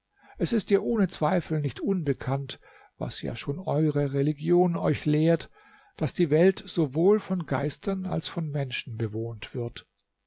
es ist dir ohne zweifel nicht unbekannt was ja schon eure religion euch lehrt daß die welt sowohl von geistern als von menschen bewohnt wird